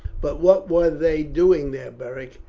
but what were they doing there, beric?